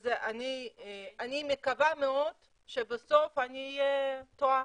אני מקווה מאוד שבסוף אני טועה